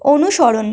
অনুসরণ